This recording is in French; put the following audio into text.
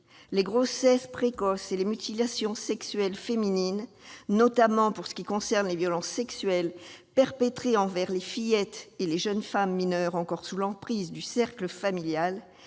les grossesses précoces et les mutilations sexuelles féminines, notamment pour ce qui concerne les violences sexuelles perpétrées envers les fillettes et les jeunes femmes mineures encore sous l'emprise du cercle familial,